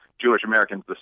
Jewish-Americans